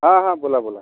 हा हा बोला बोला